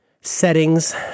settings